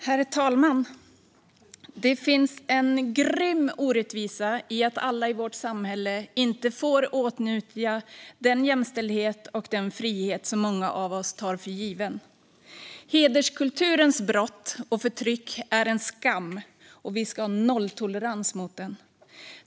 Herr talman! Det finns en grym orättvisa i att alla i vårt samhälle inte får åtnjuta den jämställdhet och den frihet som många av oss tar för givet. Hederskulturens brott och förtryck är en skam, och vi ska ha nolltolerans mot den.